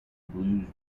blues